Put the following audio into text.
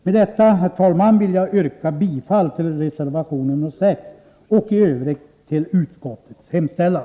Med detta, herr talman, vill jag yrka bifall till reservation nr 6 och i övrigt till utskottets hemställan.